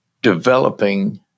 developing